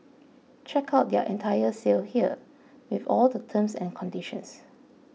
check out their entire sale here with all the terms and conditions